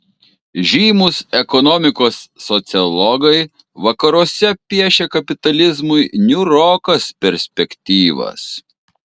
žymūs ekonomikos sociologai vakaruose piešia kapitalizmui niūrokas perspektyvas